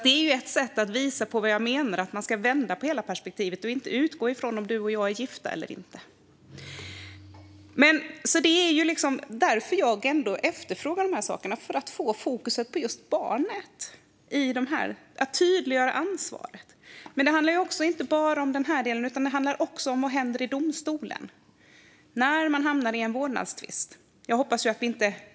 Det är ett sätt att visa vad jag menar: att vända på hela perspektivet och inte utgå ifrån om du och jag är gifta eller inte. Det är därför jag ändå efterfrågar de här sakerna - för att få fokus på just barnet och att tydliggöra ansvaret. Men det handlar inte bara om den här delen utan också om vad som händer i domstolen när man hamnar i en vårdnadstvist.